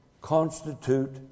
constitute